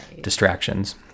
distractions